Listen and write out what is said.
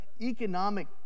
economic